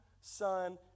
Son